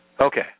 Okay